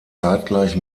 zeitgleich